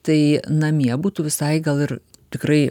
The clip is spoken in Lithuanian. tai namie būtų visai gal ir tikrai